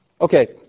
Okay